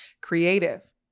Creative